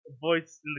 Voice